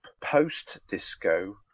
post-disco